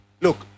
Look